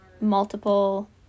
multiple